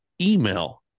email